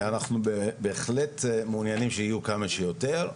ואנחנו בהחלט מעוניינים שיהיו כמה שיותר.